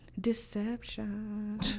Deception